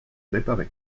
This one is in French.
réparée